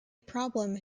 problem